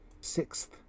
Sixth